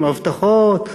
הבטחות,